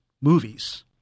movies